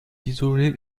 isolée